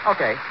Okay